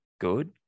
good